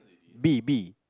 bee bee